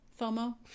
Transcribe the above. FOMO